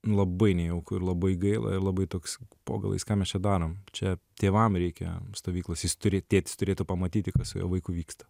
labai nejauku ir labai gaila ir labai toks po galais ką mes čia darom čia tėvam reikia stovyklos jis turi tėtis turėtų pamatyti kas su jo vaiku vyksta